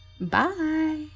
Bye